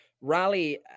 Rally